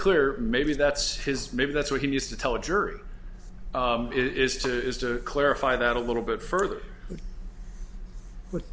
clear maybe that's his maybe that's what he used to tell a jury is to is to clarify that a little bit further with